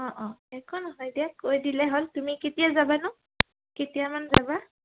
অঁ অঁ একো নহয় দিয়া কৈ দিলে হ'ল তুমি কেতিয়া যাবানো কেতিয়ামান যাবা